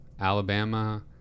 Alabama